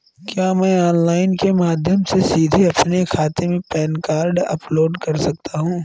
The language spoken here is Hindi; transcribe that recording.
क्या मैं ऑनलाइन के माध्यम से सीधे अपने खाते में पैन कार्ड अपलोड कर सकता हूँ?